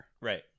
Right